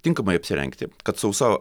tinkamai apsirengti kad sausa